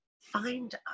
Find